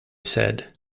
said